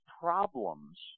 problems